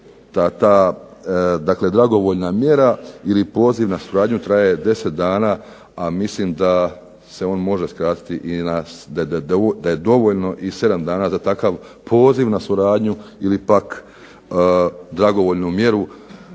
ta dragovoljna mjera ili poziv na suradnju traje 10 dana, a mislim da se on može skratiti da je dovoljno i 7 dana za takav poziv na suradnju ili pak dragovoljnu mjeru